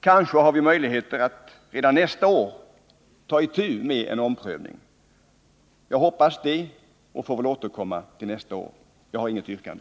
Kanske har vi möjlighet att redan nästa år ta itu med en omprövning? Jag hoppas det och får väl återkomma nästa år. Jag har i dag inget yrkande.